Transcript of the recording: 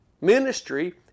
ministry